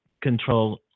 control